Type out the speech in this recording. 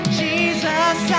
jesus